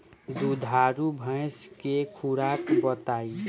दुधारू भैंस के खुराक बताई?